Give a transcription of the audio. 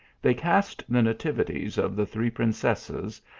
they cast the nativities of the three princesses,